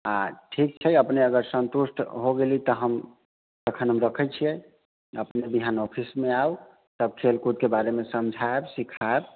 आओर ठीक छै अपने अगर सन्तुष्ट हो गेली तऽ हम तखन हम रखै छियै अपने विहान ऑफिसमे आउ सभ खेलकूदके बारेमे समझायब सिखायब